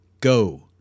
go